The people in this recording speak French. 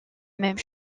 même